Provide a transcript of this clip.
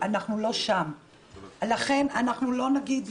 זה בעצם נותן להן